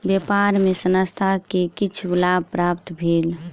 व्यापार मे संस्थान के किछ लाभ प्राप्त भेल